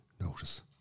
notice